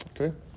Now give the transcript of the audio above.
Okay